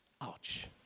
Ouch